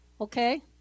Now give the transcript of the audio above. okay